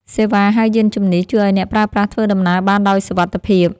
សេវាហៅយានជំនិះ ជួយឱ្យអ្នកប្រើប្រាស់ធ្វើដំណើរបានដោយសុវត្ថិភាព។